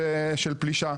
של פלישה.